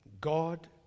God